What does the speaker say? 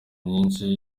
myinshi